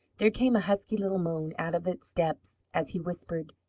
there came a husky little moan out of its depths, as he whispered,